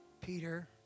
Peter